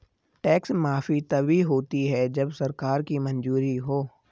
tax माफी तभी होती है जब सरकार की मंजूरी हो